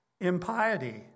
impiety